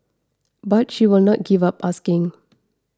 but she will not give up asking